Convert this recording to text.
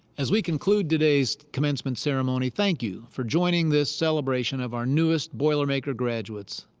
as we conclude today's commencement ceremony, thank you for joining this celebration of our newest boilermaker graduates.